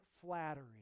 flattery